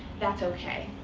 that's ok.